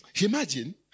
imagine